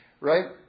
right